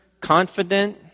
confident